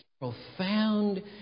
profound